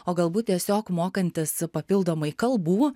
o galbūt tiesiog mokantis papildomai kalbų